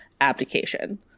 abdication